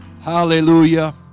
Hallelujah